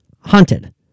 haunted